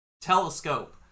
Telescope